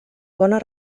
bona